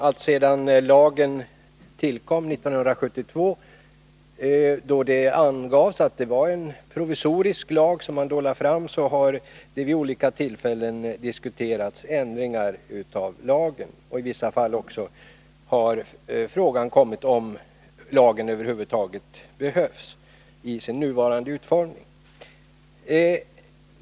Alltsedan lagen tillkom 1972, då det angavs att det var en provisorisk lag som stiftades, har vid olika tillfällen ändringar av lagen diskuterats. I vissa fall har också frågan uppkommit om lagen över huvud taget behövs i sin nuvarande utformning.